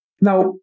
Now